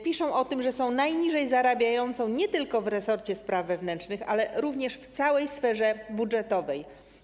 Piszą o tym, że są grupą najniżej zarabiającą nie tylko w resorcie spraw wewnętrznych, ale również w całej sferze budżetowej.